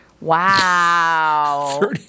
Wow